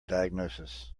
diagnosis